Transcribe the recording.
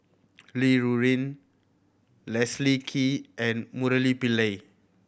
Li Rulin Leslie Kee and Murali Pillai